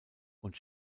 und